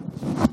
בבקשה.